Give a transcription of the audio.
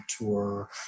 tour